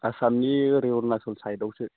आसामनि ओरै अरुनाचल सायडआवसो